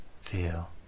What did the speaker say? feel